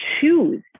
choose